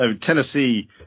Tennessee